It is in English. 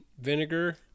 vinegar